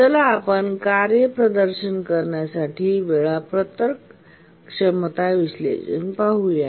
चला आपण कार्य प्रदर्शन करण्यासाठी वेळापत्रक क्षमता विश्लेषण पाहू या